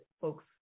folks